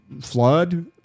Flood